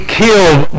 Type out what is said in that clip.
killed